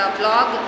blog